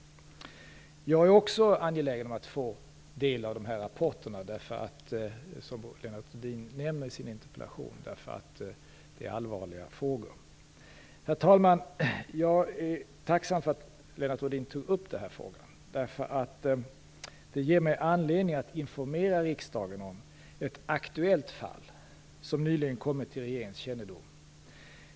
Jag är också angelägen om att få del av de rapporter som Lennart Rohdin nämner i sin interpellation. Det är allvarliga frågor. Herr talman! Jag är tacksam för att Lennart Rohdin tog upp denna fråga. Det ger mig anledning att informera riksdagen om ett aktuellt fall som nyligen kommit till regeringens kännedom.